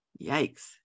Yikes